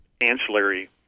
ancillary